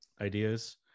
ideas